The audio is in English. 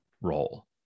role